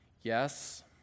Yes